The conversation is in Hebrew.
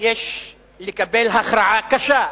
יש לקבל הכרעה קשה.